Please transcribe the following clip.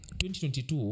2022